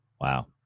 Wow